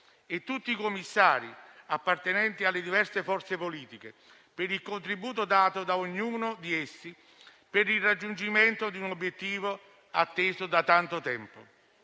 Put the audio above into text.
e tutti i commissari appartenenti alle diverse forze politiche per il contributo dato per il raggiungimento di un obiettivo atteso da tanto tempo.